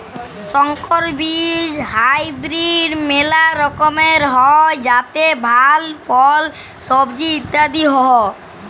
সংকর বীজ হাইব্রিড মেলা রকমের হ্যয় যাতে ভাল ফল, সবজি ইত্যাদি হ্য়য়